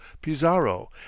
pizarro